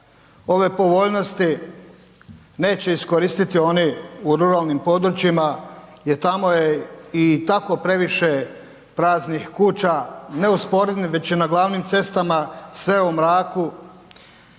ove povoljnosti neće iskoristiti oni u ruralnim područjima jer je tamo je i tako previše praznih kuća, ne usporednim već i na glavnim cestama, sve u mraku,